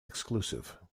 exclusive